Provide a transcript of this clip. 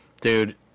dude